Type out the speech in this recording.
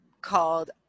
called